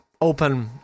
open